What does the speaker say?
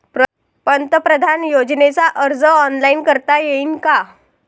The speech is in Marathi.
पंतप्रधान योजनेचा अर्ज ऑनलाईन करता येईन का?